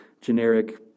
generic